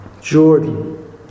Jordan